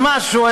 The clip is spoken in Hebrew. שמשהו,